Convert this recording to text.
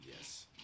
yes